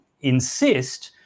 insist